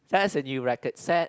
that's a new record set